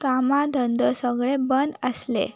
कामां धंदो सगळें बंद आसले